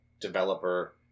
developer